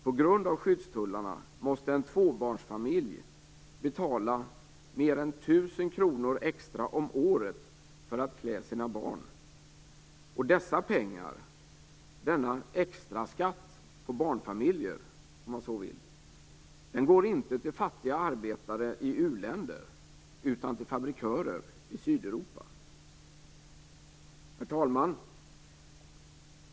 På grund av skyddstullarna måste en tvåbarnsfamilj betala mer än 1 000 kr extra om året för att klä sina barn, och dessa pengar, denna extra skatt för barnfamiljer, går inte till fattiga arbetare i u-länder utan till fabrikörer i Sydeuropa. Herr talman!